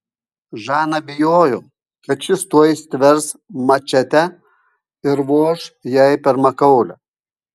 žana bijojo kad šis tuoj stvers mačetę ir voš jai per makaulę